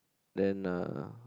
then uh